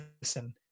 listen